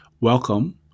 Welcome